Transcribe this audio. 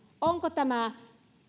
onko tämä